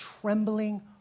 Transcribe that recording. trembling